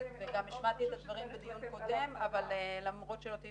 וגם השמעתי את הדברים בדיוק קודם אבל למרות שלא תהיי